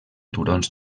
turons